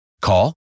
Call